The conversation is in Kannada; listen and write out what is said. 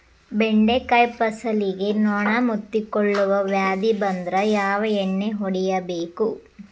ಬೆಂಡೆಕಾಯ ಫಸಲಿಗೆ ನೊಣ ಮುತ್ತಿಕೊಳ್ಳುವ ವ್ಯಾಧಿ ಬಂದ್ರ ಯಾವ ಎಣ್ಣಿ ಹೊಡಿಯಬೇಕು?